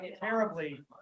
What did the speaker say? Terribly